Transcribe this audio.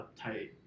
uptight